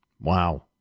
Wow